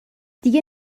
دیگه